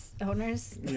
Owners